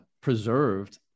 preserved